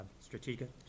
strategic